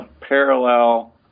parallel